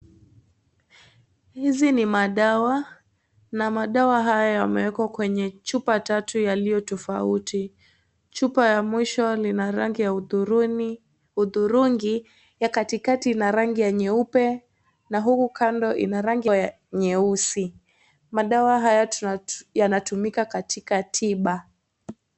Hizi ni madawa na madawa haya yameekwa kwenye chupa tatu yaliyo tofauti ,chupa ya mwisho lina rangi ya hudhurungi na katikati ina rangi ya nyeupe na huku kando ina rangi ya nyeusi . Madawa haya yanatumika katika tiba.